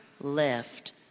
left